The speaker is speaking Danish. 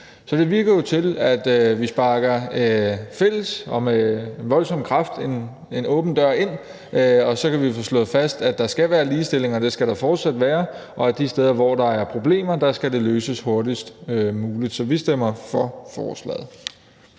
Så det virker jo til, at vi i fællesskab og med voldsom kraft sparker en åben dør ind, og så kan vi få slået fast, at der skal være ligestilling. Det skal der fortsat være. De steder, hvor der er problemer, skal de løses hurtigst muligt. Vi stemmer for forslaget.